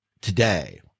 today